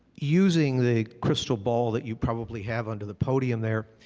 using the crystal ball that you probably have under the podium there,